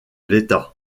l’état